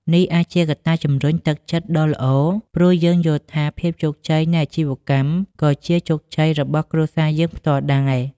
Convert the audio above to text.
នេះអាចជាកត្តាជំរុញទឹកចិត្តដ៏ល្អ ព្រោះយើងយល់ថាភាពជោគជ័យនៃអាជីវកម្មក៏ជាជោគជ័យរបស់គ្រួសារយើងផ្ទាល់ដែរ។